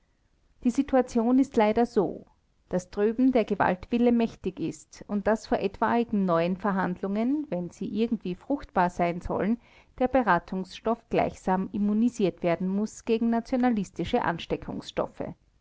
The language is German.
die situation ist leider so daß drüben der gewaltwille mächtig ist und daß vor etwaigen neuen verhandlungen wenn sie irgendwie fruchtbar sein sollen der beratungsstoff gleichsam immunisiert werden muß gegen nationalistische